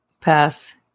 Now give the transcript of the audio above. pass